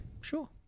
Sure